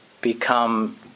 become